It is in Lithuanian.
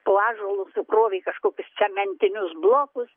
po ąžuolu sukrovė kažkokius cementinius blokus